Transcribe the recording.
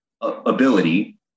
ability